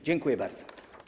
Dziękuję bardzo.